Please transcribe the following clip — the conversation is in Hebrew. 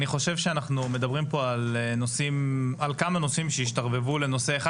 אני חושב שאנחנו מדברים פה על כמה נושאים שהשתרבבו לנושא אחד